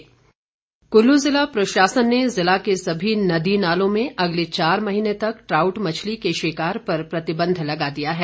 trout Kullu जिला प्रशासन ने जिला के सभी नदी नालों में अगले चार महीने तक ट्राउट मछली के शिकार पर प्रतिबंध लगा दिया है